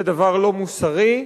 זה דבר לא מוסרי,